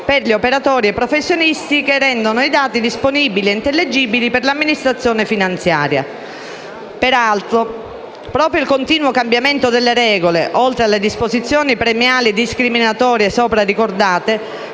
per gli operatori e i professionisti che rendono i dati disponibili ed intellegibili per l'amministrazione finanziaria. Peraltro, proprio il continuo cambiamento delle regole, oltre alle disposizioni premiali discriminatorie sopra ricordate,